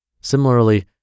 Similarly